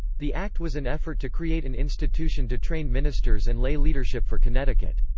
the act was an effort to create an institution to train ministers and lay leadership for connecticut.